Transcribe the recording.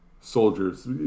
soldiers